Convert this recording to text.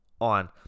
on